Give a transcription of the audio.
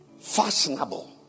fashionable